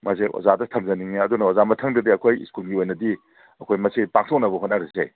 ꯃꯁꯦ ꯑꯣꯖꯥꯗ ꯊꯝꯖꯅꯤꯡꯏ ꯑꯗꯨꯅ ꯑꯣꯖꯥ ꯃꯊꯪꯗꯗꯤ ꯑꯩꯈꯣꯏ ꯁ꯭ꯀꯨꯜꯒꯤ ꯑꯣꯏꯅꯗꯤ ꯑꯩꯈꯣꯏ ꯃꯁꯦ ꯄꯥꯛꯊꯣꯛꯅꯕ ꯍꯣꯠꯅꯔꯁꯦ